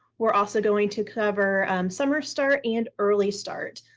we're also going to cover summer start and early start.